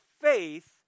faith